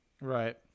Right